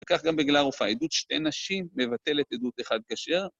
וכך גם בגלל הופעה עדות שתי נשים מבטלת עדות אחד קשה.